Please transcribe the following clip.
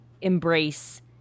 embrace